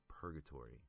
purgatory